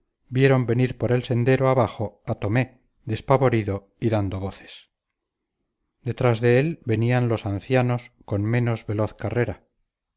vieron venir por el sendero abajo a tomé despavorido y dando voces detrás de él venían los ancianos con menos veloz carrera